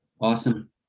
awesome